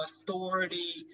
authority